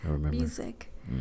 music